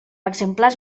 exemplars